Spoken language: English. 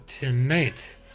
tonight